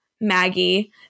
Maggie